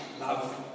love